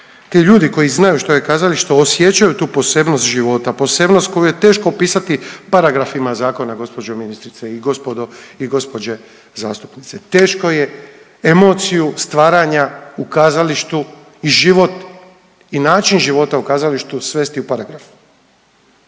ti ljudi koji znaju što je kazalište, osjećaju tu posebnost života, posebnost koju je teško opisati paragrafima zakona gospođo ministrice i gospodo i gospođe zastupnici, teško je emociju stvaranja u kazalištu i život i način života u kazalištu svesti u paragraf,